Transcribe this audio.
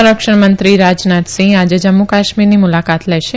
સંરક્ષણ મંત્રી રાજનાથસિંહ આજે જમ્મુ કાશ્મીરની મુલાકાતે જશે